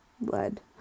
Lead